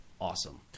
awesome